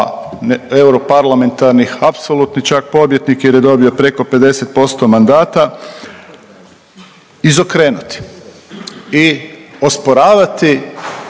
europarlamentarnih apsolutni čak pobjednik jer je dobio preko 50% mandata izokrenut. I osporavati